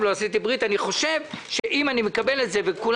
25 מיליארד שקל לתכנון ולפיתוח במגזר